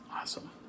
Awesome